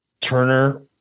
Turner